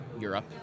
Europe